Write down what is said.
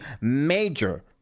major